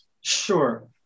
Sure